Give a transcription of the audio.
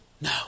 No